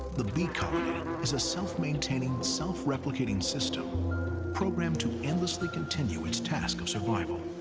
the bee colony is a self-maintaining, self-replicating system programmed to endlessly continue its task of survival.